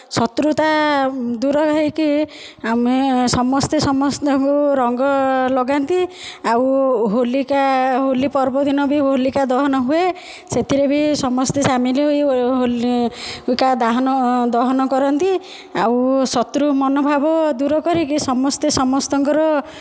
ଶତ୍ରୁତା ଦୂର ହେଇକି ଆମେ ସମସ୍ତେ ସମସ୍ତଙ୍କୁ ରଙ୍ଗ ଲଗାନ୍ତି ଆଉ ହୋଲିକା ହୋଲି ପର୍ବ ଦିନ ବି ହୋଲିକା ଦହନ ହୁଏ ସେଥିରେ ବି ସମସ୍ତେ ସାମିଲ ହୋଇ ହୋଲି ହୋଲିକା ଦାହନ ଦହନ କରନ୍ତି ଆଉ ଶତ୍ରୁ ମନୋଭାବ ଦୂର କରିକି ସମସ୍ତେ ସମସ୍ତଙ୍କର